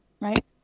Right